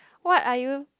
what are you